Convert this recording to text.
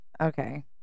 Okay